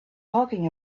talking